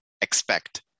expect